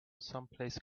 someplace